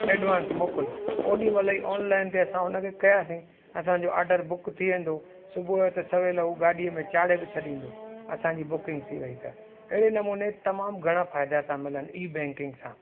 advance मोकुल ओॾी महिल ई ऑनलाइन ते असां हुन खे कयासीं असांजो ऑडर बुक थी वेंदो सुबुह जो त सवेल हू गाॾीअ में चाढ़े बि छॾींदो असांजी बुकिंग थी वई त अहिड़े नमूने तमामु घणा फ़ाइदा था मिलनि ई बैंकिंग सां